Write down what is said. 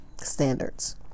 standards